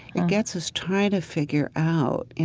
it gets us trying to figure out,